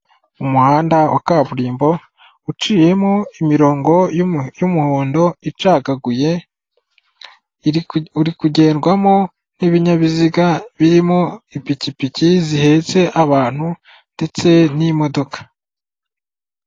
Umuhanda wa kaburimbo, uciyemo imirongo y'umuhondo icagaguye, uri kugendwamo n'ibinyabiziga birimo ipikipiki zihetse abantu, ndetse n'imodoka.